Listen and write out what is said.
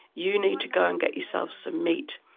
you need to go and get yourself some meat.